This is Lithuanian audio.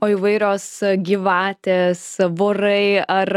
o įvairios gyvatės vorai ar